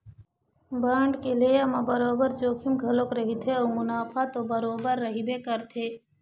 bond के लेय म बरोबर जोखिम घलोक रहिथे अउ मुनाफा तो बरोबर रहिबे करथे